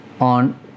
on